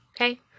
okay